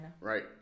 Right